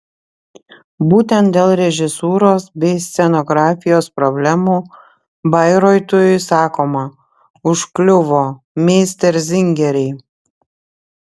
būtent dėl režisūros bei scenografijos problemų bairoitui sakoma užkliuvo meisterzingeriai